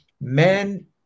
men